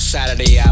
Saturday